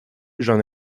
j’en